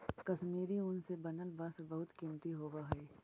कश्मीरी ऊन से बनल वस्त्र बहुत कीमती होवऽ हइ